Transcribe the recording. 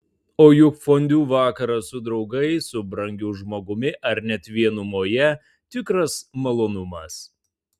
o juk fondiu vakaras su draugais su brangiu žmogumi ar net vienumoje tikras malonumas